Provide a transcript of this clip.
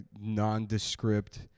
nondescript